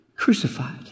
Crucified